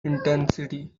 intensity